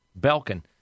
Belkin